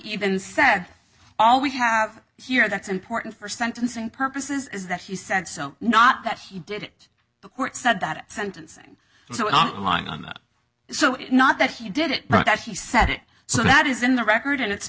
even said all we have here that's important for sentencing purposes is that he said so not that he did it the court said that sentencing so long on that so not that he did it but that he said it so that is in the record and it's